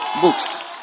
books